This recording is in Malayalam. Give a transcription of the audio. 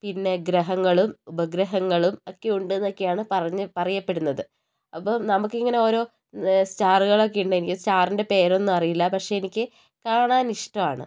പിന്നെ ഗ്രഹങ്ങളും ഉപഗ്രഹങ്ങളും ഒക്കെയുണ്ട് എന്നൊക്കെയാണ് പറഞ്ഞ പറയപ്പെടുന്നത് അപ്പോൾ നമുക്കിങ്ങനെ ഓരോ സ്റ്റാറുകൾ ഒക്കെ ഉണ്ടെങ്കിൽ സ്റ്റാറിന്റെ പേരൊന്നും അറിയില്ല പക്ഷേ എനിക്ക് കാണാൻ ഇഷ്ടമാണ്